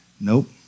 nope